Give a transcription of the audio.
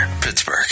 Pittsburgh